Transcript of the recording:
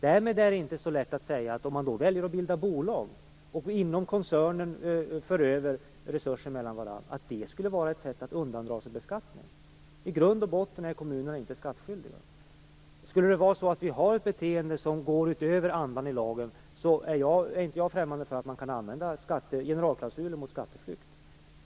Därmed kan man inte säga att om man väljer att bilda bolag och inom koncernen för över resurser mellan olika områden så skulle det vara ett sätt att undandra sig beskattning. I grund och botten är kommunerna inte skattskyldiga. Skulle det röra sig om ett beteende som går utöver andan i lagen är jag inte främmande för att generalklausulen mot skatteflykt skulle kunna användas.